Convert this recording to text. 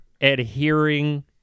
adhering